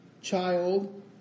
child